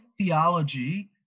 theology